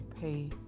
pay